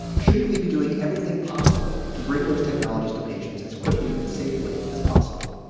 shouldn't we be doing everything possible to bring those technologies to patients as quickly and safely as possible?